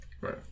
Right